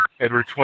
Edward